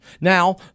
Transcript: Now